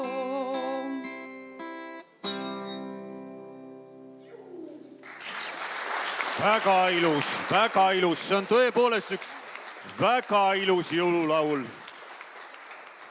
Väga ilus, väga ilus! See on tõepoolest üks väga ilus jõululaul.